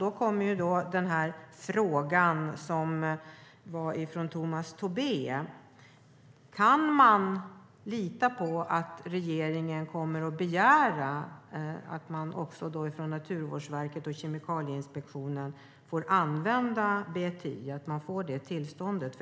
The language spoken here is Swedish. Då vill jag ställa samma fråga som Tomas Tobé: Kan man lita på att regeringen kommer att begära att Naturvårdsverket och Kemikalieinspektionen får använda sig av BTI, att man får det tillståndet?